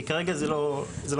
כי כרגע זה לא מתבצע.